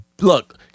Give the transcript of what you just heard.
Look